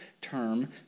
term